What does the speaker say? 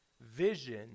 vision